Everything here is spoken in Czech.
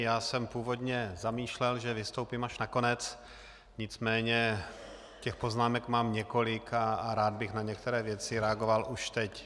Já jsem původně zamýšlel, že vystoupím až na konec, nicméně poznámek mám několik a rád bych na některé věci reagoval už teď.